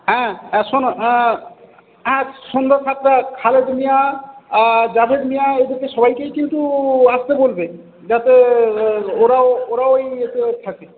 হ্যাঁ আর শোনো হ্যাঁ সন্ধ্যা সাতটা খালেদ মিঞা জাভেদ মিঞা এদেরকে সবাইকেই কিন্তু আসতে বলবে যাতে ওরাও ওরা ও থাকে